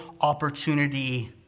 opportunity